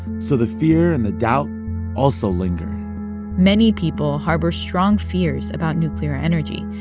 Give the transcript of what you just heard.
so the fear and the doubt also linger many people harbor strong fears about nuclear energy,